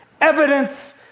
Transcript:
evidence